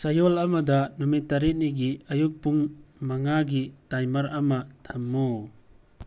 ꯆꯌꯣꯜ ꯑꯃꯗ ꯅꯨꯃꯤꯠ ꯇꯔꯦꯠꯅꯤꯒꯤ ꯑꯌꯨꯛ ꯄꯨꯡ ꯃꯉꯥꯒꯤ ꯇꯥꯏꯃꯔ ꯑꯃ ꯊꯝꯃꯨ